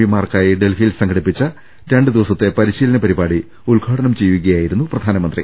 പിമാർക്കായി ഡൽഹിയിൽ സംഘടിപ്പിച്ച രണ്ടുദിവസത്തെ പരിശീലന പരിപാടി ഉദ്ഘാ ടനം ചെയ്യുകയായിരുന്നു പ്രധാനമന്ത്രി